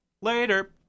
Later